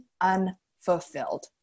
unfulfilled